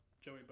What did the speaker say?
Joey